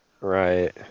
Right